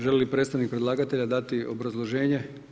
Želi li predstavnik predlagatelja dati obrazloženje?